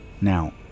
Now